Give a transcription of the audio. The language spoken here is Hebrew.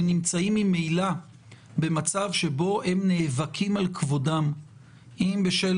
שנמצאים ממילא במצב שבו הם נאבקים על כבודם אם בשל